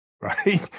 Right